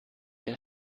der